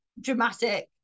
dramatic